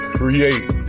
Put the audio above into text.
create